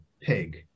pig